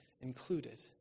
included